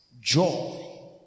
joy